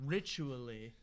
Ritually